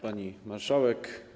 Pani Marszałek!